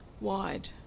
wide